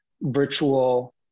virtual